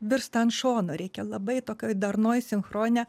virsta ant šono reikia labai tokioj darnoj sinchroninio